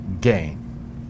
gain